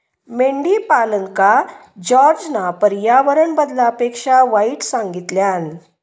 मेंढीपालनका जॉर्जना पर्यावरण बदलापेक्षा वाईट सांगितल्यान